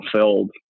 fulfilled